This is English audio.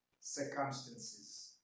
Circumstances